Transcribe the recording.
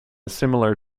similar